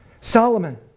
Solomon